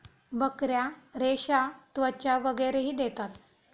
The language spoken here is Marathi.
बकऱ्या रेशा, त्वचा वगैरेही देतात